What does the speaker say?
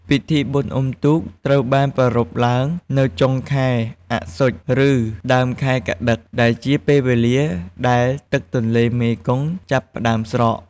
ពិធីបុណ្យអុំទូក ត្រូវបានប្រារព្ធឡើងនៅចុងខែអស្សុជ ឬដើមខែកត្តិក ដែលជាពេលវេលាដែលទឹកទន្លេមេគង្គចាប់ផ្តើមស្រក។